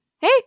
hey